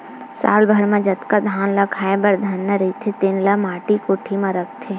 साल भर म जतका धान ल खाए बर धरना रहिथे तेन ल माटी कोठी म राखथे